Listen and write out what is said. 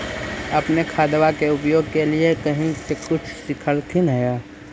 अपने खादबा के उपयोग के लीये कही से कुछ सिखलखिन हाँ?